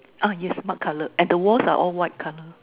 uh yes mud colour and the walls are all white colour